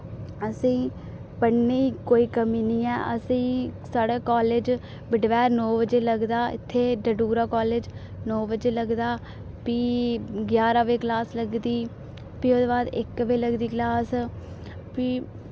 असें ई पढ़ने कोई कमी नेईं ऐ असें ई साढ़े कालेज बड्डे पैह्र नौ बजे लगदा इत्थै डडूरा कालेज नौ बजे लगदा फ्ही ग्यारां बजे क्लास लगदी फ्ही ओह्दे बाद इक बजे लगदी क्लास फ्ही